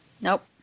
Nope